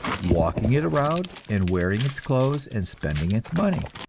walking it around and wearing its clothes and spending its money?